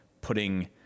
putting